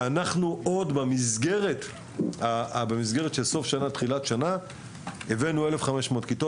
ואנחנו עוד במסגרת של סוף השנה הבאנו 1,500 כיתות